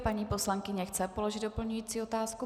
Paní poslankyně chce položit doplňující otázku.